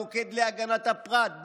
המוקד להגנת הפרט,